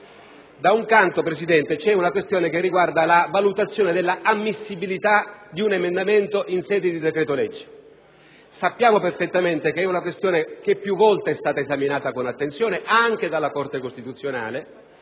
Da una parte, Presidente, vi è una questione che riguarda la valutazione della ammissibilità di un emendamento in sede di decreto‑legge, e sappiamo perfettamente che si tratta di una questione più volte esaminata con attenzione anche dalla Corte costituzionale;